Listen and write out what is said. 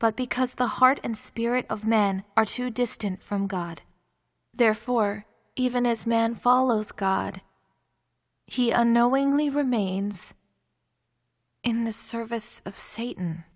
but because the heart and spirit of men are too distant from god therefore even as men follows god he unknowingly remains in the service of satan